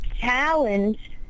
challenge